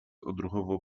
odruchowo